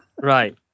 Right